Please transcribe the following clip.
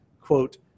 quote